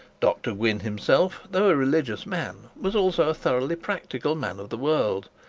dr gwynne himself, though a religious man, was also a thoroughly practical man of the world,